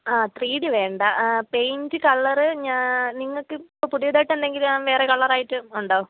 ആ ത്രീഡി വേണ്ട paint colour നിങ്ങൾക്കിപ്പോൾ പുതിയതായിട്ട് എന്തെങ്കിലും വേറെ കളറായിട്ട് ഉണ്ടോ